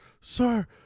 sir